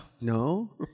No